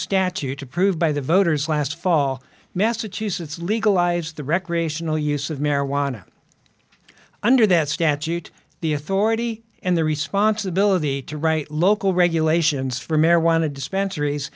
statute approved by the voters last fall massachusetts legalize the recreational use of marijuana under that statute the authority and the responsibility to write local regulations for marijuana dispensary as